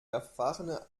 erfahrene